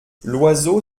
l’oiseau